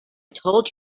told